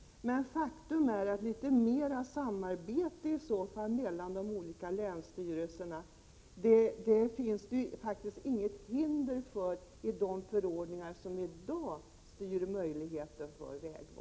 Men faktum är att det i de förordningar som i dag styr möjligheterna till vägval inte finns något hinder för litet mera samarbete mellan de olika länsstyrelserna.